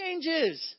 changes